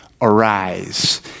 arise